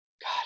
god